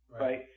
right